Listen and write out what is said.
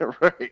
Right